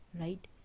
right